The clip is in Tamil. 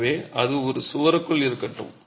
எனவே அது ஒரு சுவருக்குள் இருக்கட்டும்